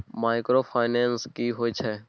Microfinance की होय छै?